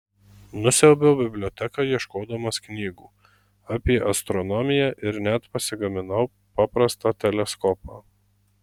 nusiaubiau biblioteką ieškodamas knygų apie astronomiją ir net pasigaminau paprastą teleskopą